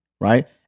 Right